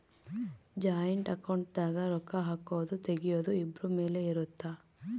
joint account ದಾಗ ರೊಕ್ಕ ಹಾಕೊದು ತೆಗಿಯೊದು ಇಬ್ರು ಮೇಲೆ ಇರುತ್ತ